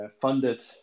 funded